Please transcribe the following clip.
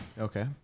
Okay